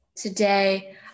Today